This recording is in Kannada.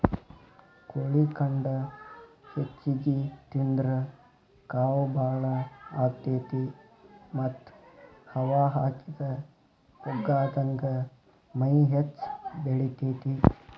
ಕೋಳಿ ಖಂಡ ಹೆಚ್ಚಿಗಿ ತಿಂದ್ರ ಕಾವ್ ಬಾಳ ಆಗತೇತಿ ಮತ್ತ್ ಹವಾ ಹಾಕಿದ ಪುಗ್ಗಾದಂಗ ಮೈ ಹೆಚ್ಚ ಬೆಳಿತೇತಿ